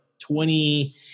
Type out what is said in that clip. twenty